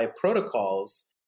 protocols